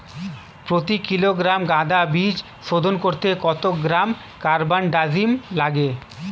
প্রতি কিলোগ্রাম গাঁদা বীজ শোধন করতে কত গ্রাম কারবানডাজিম লাগে?